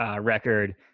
record